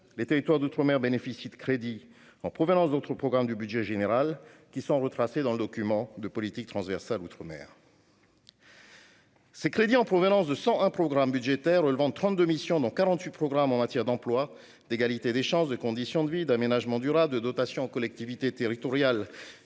les territoires d'outre-mer bénéficient de crédits en provenance d'autres programmes du budget général, qui sont retracés dans le document de politique transversale « outre-mer ». Ces crédits proviennent de 101 programmes budgétaires relevant de 32 missions, dont 48 programmes ayant trait à l'emploi, à l'égalité des chances, aux conditions de vie, à l'aménagement durable, aux dotations aux collectivités territoriales